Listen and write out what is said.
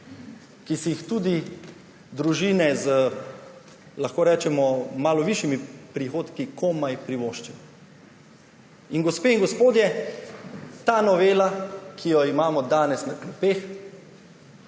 ki se jih tudi družine z, lahko rečemo, malo višjimi prihodki komaj privoščijo. In gospe in gospodje, ta novela, ki jo imamo danes na klopeh,